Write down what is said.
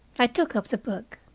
i took up the book.